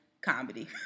comedy